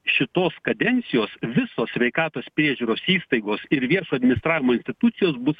šitos kadencijos visos sveikatos priežiūros įstaigos ir viešo administravimo institucijos bus